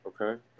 Okay